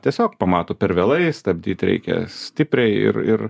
tiesiog pamato per vėlai stabdyt reikia stipriai ir ir